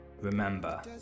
Remember